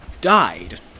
died